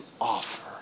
offer